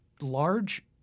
large